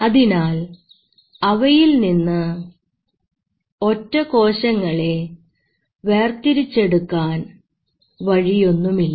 അതിനാൽ അവയിൽ നിന്ന് ഒറ്റ കോശങ്ങളെ വേർതിരിച്ചെടുക്കാൻ വഴിയൊന്നുമില്ല